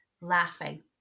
laughing